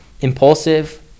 impulsive